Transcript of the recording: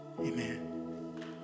Amen